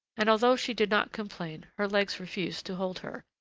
and, although she did not complain, her legs refused to hold her.